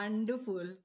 wonderful